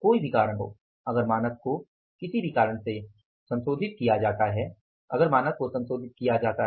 कोई भी कारण अगर मानक को किसी भी कारण से संशोधित किया जाता है अगर मानक को संशोधित किया जाता है